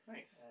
Nice